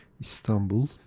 Istanbul